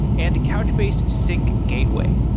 and couchbase sync gateway.